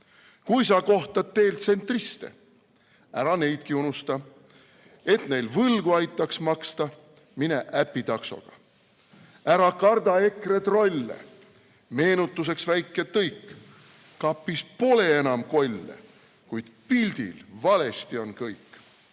Kui sa kohtad teel tsentriste, ära neidki unusta, et neil võlgu aitaks maksta, mine äpi taksoga. Ära karda EKRE trolle, meenutuseks väike tõik: kapis pole enam kolle, kuid pildil valesti on kõik.